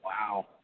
Wow